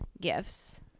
gifts